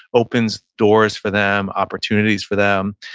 opens doors for them, opportunities for them.